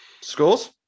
Scores